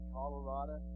Colorado